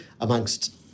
amongst